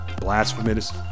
blasphemous